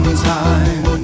time